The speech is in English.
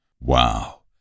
Wow